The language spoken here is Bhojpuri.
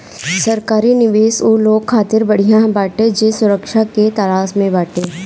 सरकारी निवेश उ लोग खातिर बढ़िया बाटे जे सुरक्षा के तलाश में बाटे